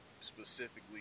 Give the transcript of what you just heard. specifically